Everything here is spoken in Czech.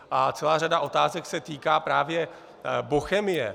A celá řada otázek se týká právě Bochemie.